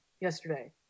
yesterday